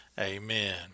Amen